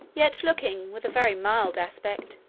yet looking with a very mild aspect,